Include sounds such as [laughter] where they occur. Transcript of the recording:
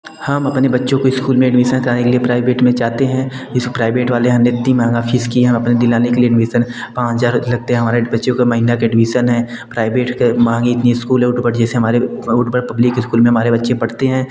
हाँ हम अपने बच्चों को इस्कूल में एडमीसन कराने के लिए प्राइवेट में जाते हैं ये सब प्राइवेट वाले हमने इत्ती महंगा फ़ीस किए हैं हम अपने दिलाने के लिए एडमीसन पाँच हज़ार लगते हैं हमारा बच्चों को महीना का एडमीसन है प्राइवेट की मांग इतनी इस्कूल [unintelligible] जैसे हमारे [unintelligible] पब्लिक इस्कूल में हमारे बच्चे पढ़ते हैं